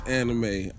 anime